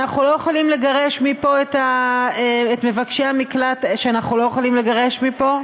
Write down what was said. אנחנו לא יכולים לגרש מפה את מבקשי המקלט שאנחנו לא יכולים לגרש מפה,